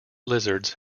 lizards